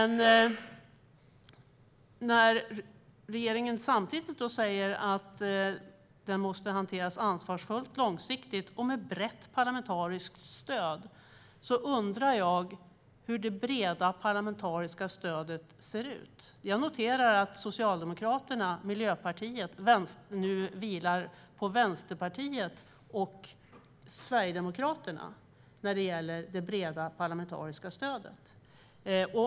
När regeringen samtidigt säger att det måste hanteras ansvarsfullt, långsiktigt och med brett parlamentariskt stöd undrar jag hur det breda parlamentariska stödet ser ut. Jag noterar att Socialdemokraterna och Miljöpartiet nu vilar på Vänsterpartiet och Sverigedemokraterna när det gäller det breda parlamentariska stödet.